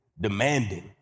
demanding